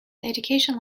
education